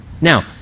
now